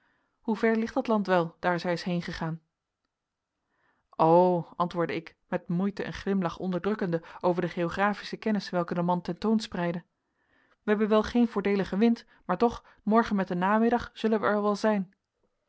hoever licht dat land wel daar zij is heengegaan o antwoordde ik met moeite een glimlach onderdrukkende over de geographische kennis welke de man ten toon spreidde wij hebben wel geen voordeeligen wind maar toch morgen met den namiddag zullen wij er wel zijn